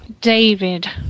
David